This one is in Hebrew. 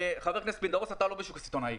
חבר הכנסת פינדרוס, אתה לא בשוק הסיטונאי.